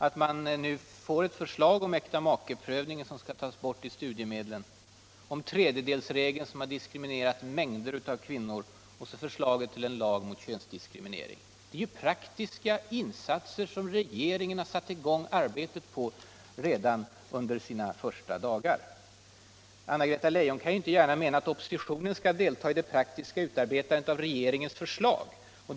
Man får nu ett förslag att pröva om äktamakeprövningen skall tas bort när det gäller studiemedlen, ett förslag om att ta bort tredjedelsregeln, som diskriminerat mängder av kvinnor, och ett förslag om lag mot könsdiskriminering. Detta är praktiska insatser som regeringen satte i gång arbetet på redan under sina första dagar. Anna-Greta Leijon kan väl inte mena att öppositionen skall delta i det praktiska utarbetandet av regeringens förslag?